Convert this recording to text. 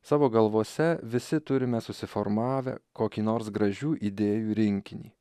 savo galvose visi turime susiformavę kokį nors gražių idėjų rinkinį